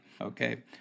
Okay